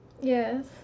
Yes